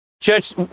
Church